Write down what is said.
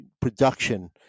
production